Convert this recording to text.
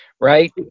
right